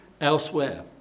elsewhere